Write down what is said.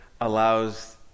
allows